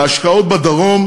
וההשקעות בדרום,